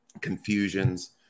confusions